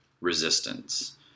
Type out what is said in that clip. resistance